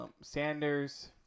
Sanders